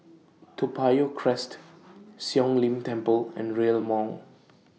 Toa Payoh Crest Siong Lim Temple and Rail Mall